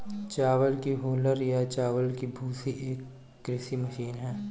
चावल की हूलर या चावल की भूसी एक कृषि मशीन है